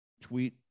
tweet